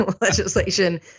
legislation